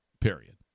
period